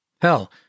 Hell